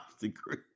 degree